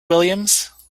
williams